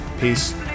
Peace